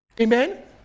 Amen